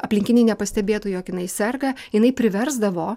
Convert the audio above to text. aplinkiniai nepastebėtų jog jinai serga jinai priversdavo